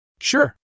Sure